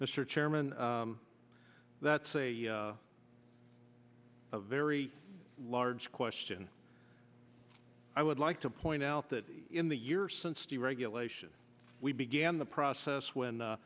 mr chairman that's a very large question i would like to point out that in the year since deregulation we began the process when